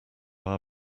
our